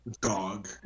dog